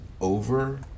over